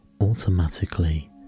automatically